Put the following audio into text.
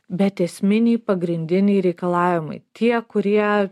bet esminiai pagrindiniai reikalavimai tie kurie